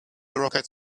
rocket